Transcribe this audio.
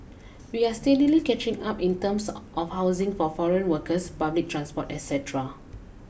we are steadily catching up in terms of housing for foreign workers public transport et cetera